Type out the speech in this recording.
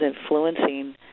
influencing